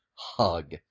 hug